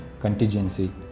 contingency